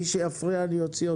מי שיפריע אני אוציא אותו.